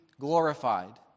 glorified